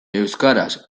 euskaraz